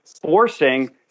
forcing